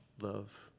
love